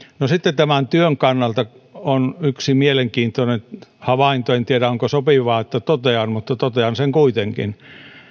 no sitten tämän työn kannalta on yksi mielenkiintoinen havainto en tiedä onko sopivaa että totean mutta totean sen kuitenkin